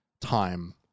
time